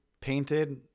painted